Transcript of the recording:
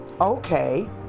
okay